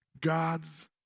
God's